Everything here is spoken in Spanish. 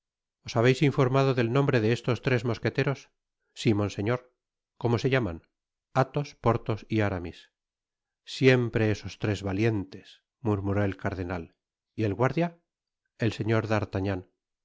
os habeis informado del nombre de estos tres mosqueteros sí monseñor v cómo se llaman athos porthos y aramis siempre esos tres valientes murmuró el cardenal el guardia f el señor